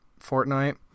Fortnite